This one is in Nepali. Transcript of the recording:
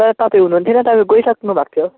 तर तपाईँ हुनुहुन्थेन तपाईँ गइसक्नु भएको थियो